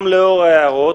גם לאור ההערות,